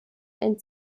ein